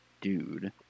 dude